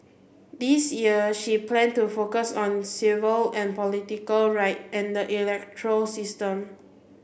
this year she plan to focus on civil and political right and the electoral system